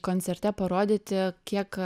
koncerte parodyti kiek